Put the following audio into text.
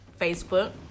Facebook